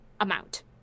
amount